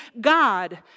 God